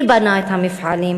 מי בנה את המפעלים,